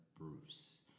Bruce